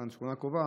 שכונה קרובה,